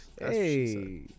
Hey